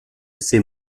ces